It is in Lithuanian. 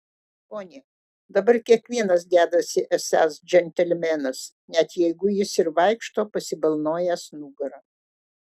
pone dabar kiekvienas dedasi esąs džentelmenas net jeigu jis ir vaikšto pasibalnojęs nugarą